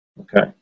Okay